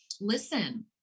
listen